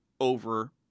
over